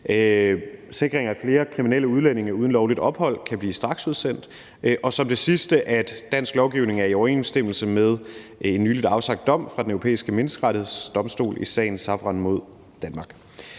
sikring af, at flere kriminelle udlændinge uden lovligt ophold kan blive straksudsendt, og som det sidste, at dansk lovgivning er i overensstemmelse med en nylig afsagt dom fra Den Europæiske Menneskerettighedsdomstol i sagen Savran mod Danmark.